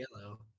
yellow